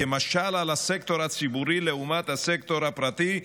כמשל על הסקטור הציבורי לעומת הסקטור הפרטי,